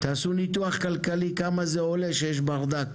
תעשו ניתוח כלכלי, כמה זה עולה כשיש ברדק.